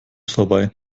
vorbei